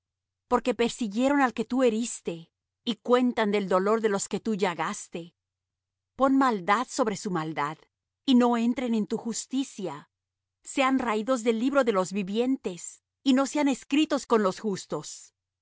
porque persiguieron al que tú heriste y cuentan del dolor de los que tú llagaste pon maldad sobre su maldad y no entren en tu justicia sean raídos del libro de los vivientes y no sean escritos con los justos y